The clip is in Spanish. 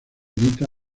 edita